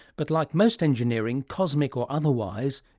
but like most engineering cosmic or otherwise,